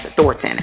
Thornton